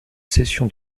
session